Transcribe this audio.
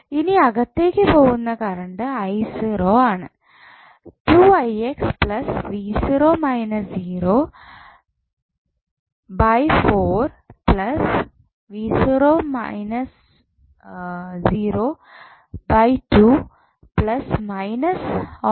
ഇനി അകത്തേക്ക് പോകുന്ന കറണ്ട് ആണ്